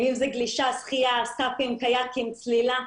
אם זאת גלישה, שחייה, סאפים, קיאקים, צלילה.